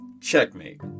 checkmate